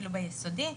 אפילו ביסודי,